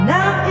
Now